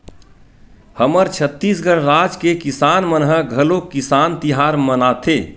हमर छत्तीसगढ़ राज के किसान मन ह घलोक किसान तिहार मनाथे